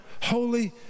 Holy